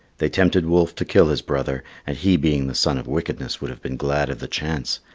they tempted wolf to kill his brother, and he being the son of wickedness would have been glad of the chance,